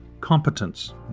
competence